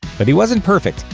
but he wasn't perfect.